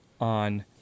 on